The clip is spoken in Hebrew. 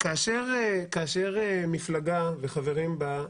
כאשר מפלגה וחברים בה,